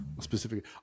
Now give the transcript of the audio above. Specifically